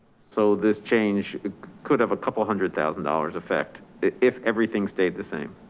so this change could have a couple hundred thousand dollars effect if everything stayed the same.